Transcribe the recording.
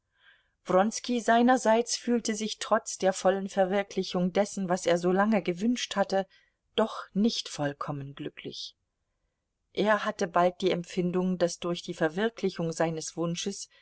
wronski seinerseits fühlte sich trotz der vollen verwirklichung dessen was er so lange gewünscht hatte doch nicht vollkommen glücklich er hatte bald die empfindung daß durch die verwirklichung seines wunsches